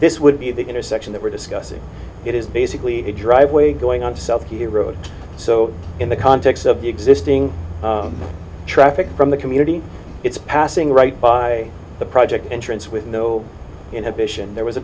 this would be the intersection that we're discussing it is basically a driveway going on to sell the road so in the context of the existing traffic from the community it's passing right by the project entrance with no inhibition there was a